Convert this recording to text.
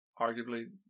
arguably